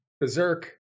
berserk